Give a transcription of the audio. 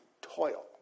toil